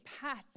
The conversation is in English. path